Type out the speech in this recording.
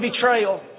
betrayal